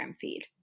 feed